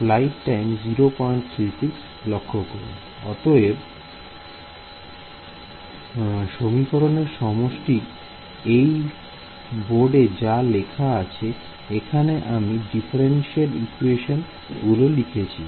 অতএব অতএব সমীকরণের সমষ্টি এই বোর্ডে যা লেখা আছে এখানে আমি ডিফারেন্সিয়াল ইকুয়েশন গুলো লিখেছি